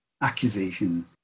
accusation